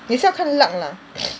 也是要看 luck lah